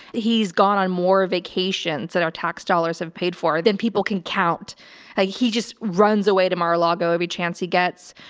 he's gone on more vacations that our tax dollars have paid for that people can count like ah he just runs away to mar a lago every chance he gets.